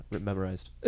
memorized